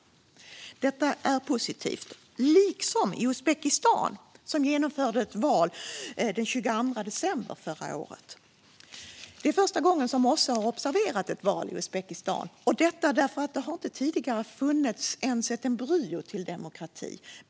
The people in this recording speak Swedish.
Detta är positivt. Positivt är också att Uzbekistan genomförde ett val den 22 december förra året. Det var första gången OSSE observerade ett val i Uzbekistan; där har tidigare inte funnits ens ett embryo till demokrati.